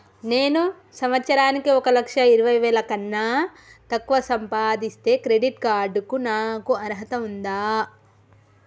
నేను సంవత్సరానికి ఒక లక్ష ఇరవై వేల కన్నా తక్కువ సంపాదిస్తే క్రెడిట్ కార్డ్ కు నాకు అర్హత ఉందా?